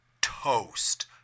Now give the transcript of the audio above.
toast